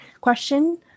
question